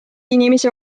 inimesi